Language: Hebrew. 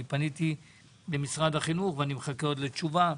אני פניתי למשרד החינוך ואני מחכה עוד לתשובה.